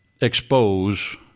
expose